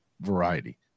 variety